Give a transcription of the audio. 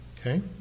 Okay